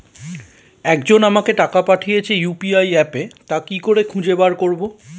একজন আমাকে টাকা পাঠিয়েছে ইউ.পি.আই অ্যাপে তা কি করে খুঁজে বার করব?